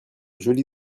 joli